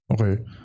okay